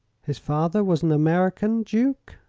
his father was an american, duke?